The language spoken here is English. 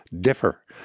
differ